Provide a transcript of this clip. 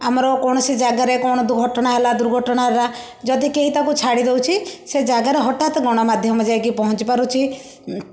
ଆମର କୌଣସି ଜାଗାରେ କ'ଣ ଦୁଘଟଣା ହେଲା ଦୁର୍ଘଟଣା ହେଲା ଯଦି କେହି ତାକୁ ଛାଡ଼ି ଦେଉଛି ସେ ଜାଗାରେ ହଟାତ୍ ଗଣମାଧ୍ୟମ ଯାଇକି ପହଞ୍ଚି ପାରୁଛି